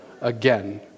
again